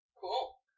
Cool